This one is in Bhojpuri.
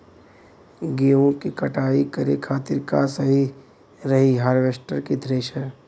गेहूँ के कटाई करे खातिर का सही रही हार्वेस्टर की थ्रेशर?